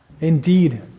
Indeed